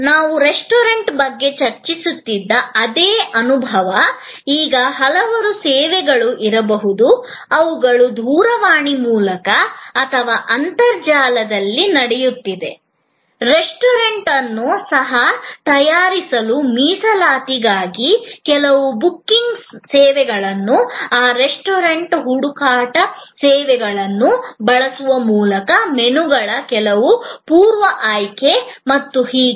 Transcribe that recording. ಆದ್ದರಿಂದ ನಾವು ರೆಸ್ಟೋರೆಂಟ್ ಬಗ್ಗೆ ಚರ್ಚಿಸುತ್ತಿದ್ದ ಅದೇ ಅನುಭವ ಈಗ ಹಲವಾರು ಸೇವೆಗಳು ಇರಬಹುದು ಅವುಗಳು ದೂರವಾಣಿ ಮೂಲಕ ಅಥವಾ ಅಂತರ್ಜಾಲದಲ್ಲಿ ನಡೆಯುತ್ತಿವೆ ರೆಸ್ಟೋರೆಂಟ್ ಅನ್ನು ಸಹ ತಯಾರಿಸಲು ಮೀಸಲಾತಿಗಾಗಿ ಕೆಲವು ಬುಕಿಂಗ್ ಸೇವೆಗಳನ್ನು ಆ ರೆಸ್ಟೋರೆಂಟ್ ಹುಡುಕಾಟ ಸೇವೆಗಳನ್ನು ಬಳಸುವ ಮೂಲಕ ಮೆನುಗಳ ಕೆಲವು ಪೂರ್ವ ಆಯ್ಕೆ ಮತ್ತು ಹೀಗೆ